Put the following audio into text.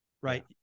Right